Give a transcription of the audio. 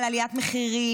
על עליית מחירים,